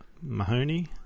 Mahoney